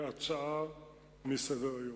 ההצעות מסדר-היום.